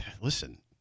listen